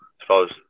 suppose